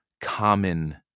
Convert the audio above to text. common